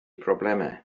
problemau